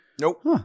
Nope